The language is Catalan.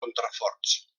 contraforts